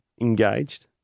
Engaged